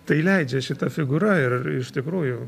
tai leidžia šita figūra ir iš tikrųjų